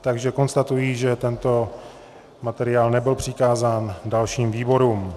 Takže konstatuji, že tento materiál nebyl přikázán dalším výborům.